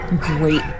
great